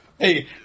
Hey